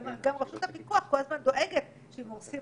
גם רשות הפיקוח כל הזמן דואגת שאם הורסים